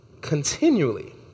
continually